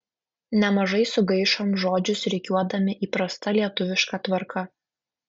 nemažai sugaišom žodžius rikiuodami įprasta lietuviška tvarka